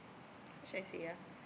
how should I say ah